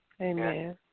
Amen